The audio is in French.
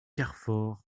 carfor